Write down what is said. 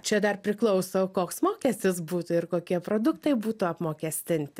čia dar priklauso koks mokestis būtų ir kokie produktai būtų apmokestinti